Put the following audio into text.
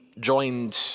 joined